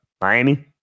Miami